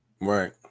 Right